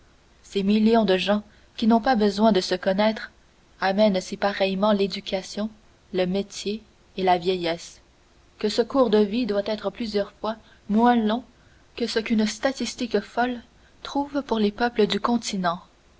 ces millions de gens qui n'ont pas besoin de se connaître amènent si pareillement l'éducation le métier et la vieillesse que ce cours de vie doit être plusieurs fois moins long que ce qu'une statistique folle trouve pour les peuples du continent